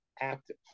active